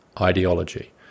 ideology